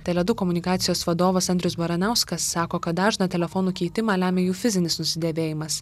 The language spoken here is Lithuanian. tele du komunikacijos vadovas andrius baranauskas sako kad dažną telefonų keitimą lemia jų fizinis nusidėvėjimas